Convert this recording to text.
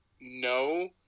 No